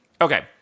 okay